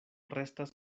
restas